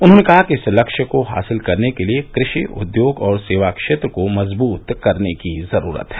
उन्होंने कहा कि इस लक्ष्य को हासिल करने के लिए कृषि उद्योग और सेवा क्षेत्र को मजबूत करने की जरूरत है